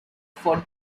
for